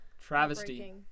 Travesty